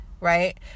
right